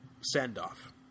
send-off